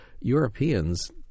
Europeans